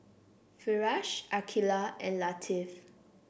Firash Aqilah and Latif